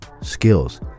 skills